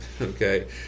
Okay